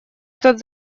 этот